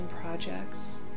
projects